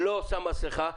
לא שם מסיכה.